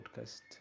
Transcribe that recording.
podcast